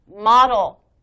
model